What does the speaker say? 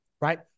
Right